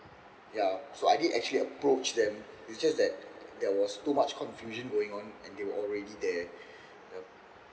ya so I did actually approach them it's just that there was too much confusion going on and they were already there you know